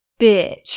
bitch